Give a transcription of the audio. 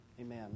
Amen